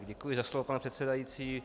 Děkuji za slovo, pane předsedající.